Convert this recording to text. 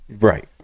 Right